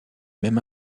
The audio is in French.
même